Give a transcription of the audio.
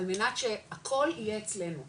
על מנת שהכול יהיה אצלנו,